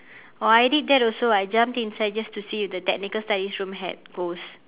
oh I did that also I jumped inside just to see if the technical studies room had ghosts